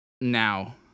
now